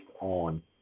on